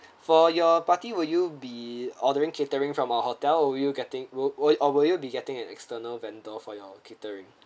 for your party will you be ordering catering from our hotel or will you getting will or will you will be getting an external vendor for your catering